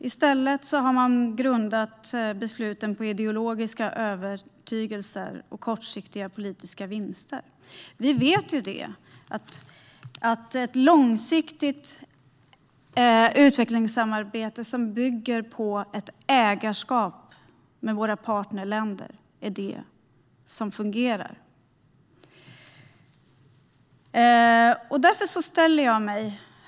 I stället har man grundat besluten på ideologiska övertygelser och hopp om kortsiktiga politiska vinster. Vi vet att ett långsiktigt utvecklingssamarbete som bygger på ett ägarskap med våra partnerländer är det som fungerar. Herr ålderspresident!